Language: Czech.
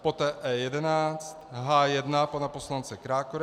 Poté E11, H1 pana poslance Krákory.